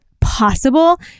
possible